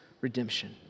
redemption